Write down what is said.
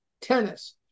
tennis